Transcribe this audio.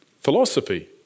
philosophy